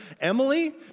Emily